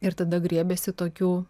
ir tada griebiasi tokių